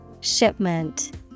Shipment